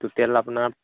total আপোনাৰ